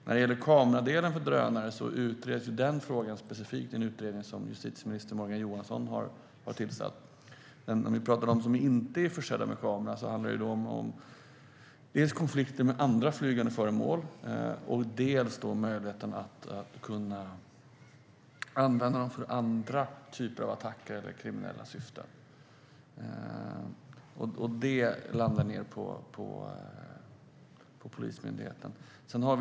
När det gäller kameradelen för drönare utreds den frågan specifikt i en utredning som justitieminister Morgan Johansson har tillsatt. När det gäller de farkoster som inte är försedda med kamera handlar det dels om konflikter med andra flygande föremål, dels om möjligheten att kunna använda dem för andra typer av attacker eller kriminella syften. Det landar mer på polismyndigheten att se över.